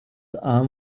arm